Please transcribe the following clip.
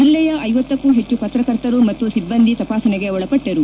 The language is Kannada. ಜಲ್ಲೆಯ ಐವತ್ತಕ್ಕೂ ಹೆಚ್ಚು ಪತ್ರಕರ್ತರು ಮತ್ತು ಸಿಬ್ಬಂದಿ ತಪಾಸಣೆಗೆ ಒಳಪಟ್ಟರು